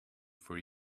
for